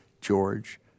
George